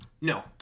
no